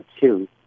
two